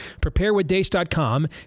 preparewithdace.com